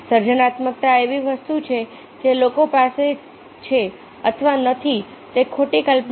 સર્જનાત્મકતા એવી વસ્તુ છે જે લોકો પાસે છે અથવા નથી તે ખોટી કલ્પના છે